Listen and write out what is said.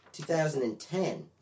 2010